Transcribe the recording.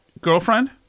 girlfriend